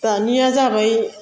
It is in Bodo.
दानिया जाबाय